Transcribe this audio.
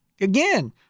again